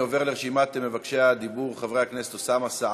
אני עובר לרשימת מבקשי הדיבור: חבר הכנסת אוסאמה סעדי.